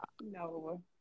No